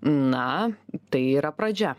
na tai yra pradžia